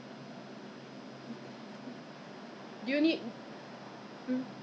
ya didn't cross my mind 没想到 leh 可能 hor 真的有一点扁扁 leh 我的